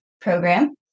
program